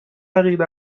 عقیده